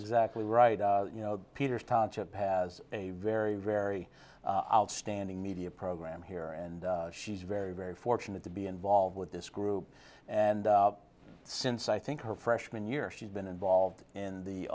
exactly right you know peters township has a very very outstanding media program here and she's very very fortunate to be involved with this group and since i think her freshman year she's been involved in the